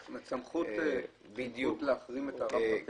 סמכות להחרים את הרב-קו יש לו?